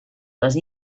les